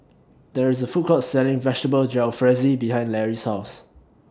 There IS A Food Court Selling Vegetable Jalfrezi behind Lary's House